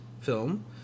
film